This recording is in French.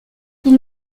ils